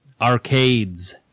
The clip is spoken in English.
Arcades